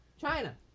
China